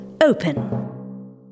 open